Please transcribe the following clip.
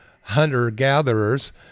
hunter-gatherers